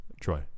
Troy